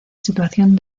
situación